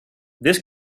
this